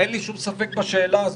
אין לי שום ספק בשאלה הזו.